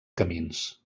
camins